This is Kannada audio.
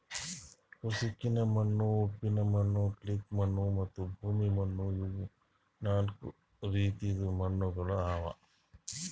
ಉಸುಕಿನ ಮಣ್ಣು, ಉಪ್ಪಿನ ಮಣ್ಣು, ಕ್ಲೇ ಮಣ್ಣು ಮತ್ತ ಲೋಮಿ ಮಣ್ಣು ಇವು ನಾಲ್ಕು ರೀತಿದು ಮಣ್ಣುಗೊಳ್ ಅವಾ